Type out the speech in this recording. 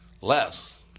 Less